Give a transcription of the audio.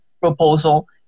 proposal